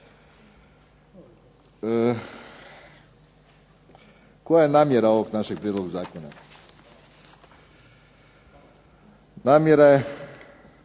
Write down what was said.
Koja je namjera ovog našeg Prijedloga zakona? Namjera je